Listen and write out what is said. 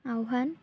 ଆହ୍ୱାନ